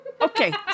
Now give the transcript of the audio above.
Okay